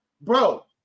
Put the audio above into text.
bro